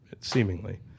seemingly